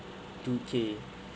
two k